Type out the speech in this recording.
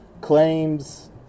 claims